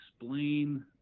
explain